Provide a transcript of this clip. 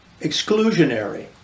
exclusionary